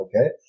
Okay